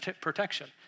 protection